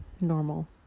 normal